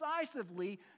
decisively